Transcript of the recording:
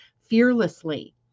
fearlessly